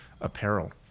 apparel